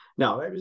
Now